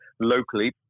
locally